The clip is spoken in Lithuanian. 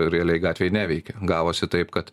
realiai gatvėj neveikė gavosi taip kad